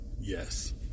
Yes